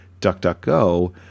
DuckDuckGo